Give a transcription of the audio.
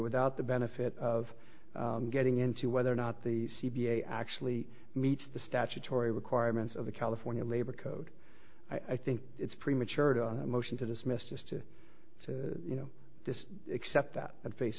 without the benefit of getting into whether or not the c b a actually meets the statutory requirements of the california labor code i think it's premature to motion to dismiss just to say you know this except that at face